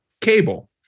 cable